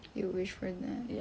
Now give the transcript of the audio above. you wish for that